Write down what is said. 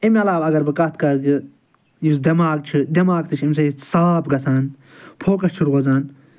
أمۍ علاوٕ اَگر بہٕ کَتھ کَرٕ کہ یُس دٮ۪ماغ چھِ دٮ۪ماغ تہِ چھِ أمۍ سۭتۍ صاف گژھان فوکَس چھُ روزان